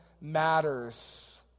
matters